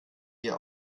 ihr